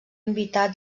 invitat